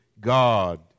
God